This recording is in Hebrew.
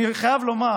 אני חייב לומר,